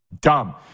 Dumb